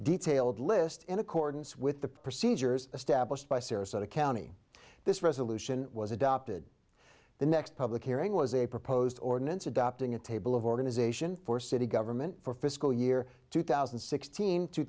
detailed list in accordance with the procedures established by sarasota county this resolution was adopted the next public hearing was a proposed ordinance adopting a table of organization for city government for fiscal year two thousand and sixteen two